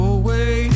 away